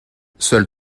seuls